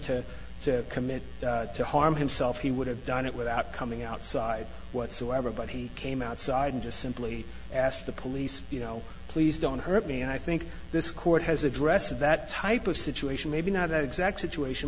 to commit to harm himself he would have done it without coming outside whatsoever but he came outside and just simply asked the police you know please don't hurt me and i think this court has addressed that type of situation maybe not that exact situation